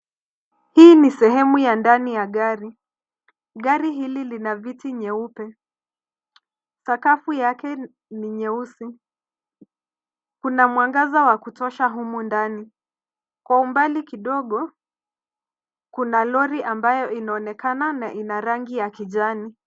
Hii ni sehemu ya ndani ya gari. Gari hili lina viti nyeupe. Sakafu yake ni nyeusi. Kuna mwangaza wa kutosha humu ndani. Kwa umbali kidogo, kuna lori ambayo inaonekana na ina rangi ya kijani.